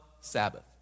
Sabbath